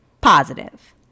positive